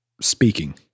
speaking